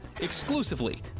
exclusively